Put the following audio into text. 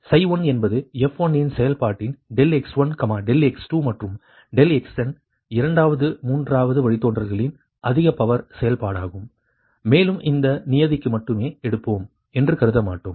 1 என்பது f1 செயல்பாட்டின் ∆x1 ∆x2 மற்றும் ∆xn இரண்டாவது மூன்றாவது வழித்தோன்றல்களின் அதிக பவர் செயல்பாடாகும் மேலும் இந்த நியதிக்கு மட்டுமே எடுப்போம் என்று கருத மாட்டோம்